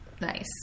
nice